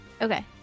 Okay